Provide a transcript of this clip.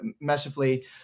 massively